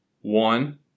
one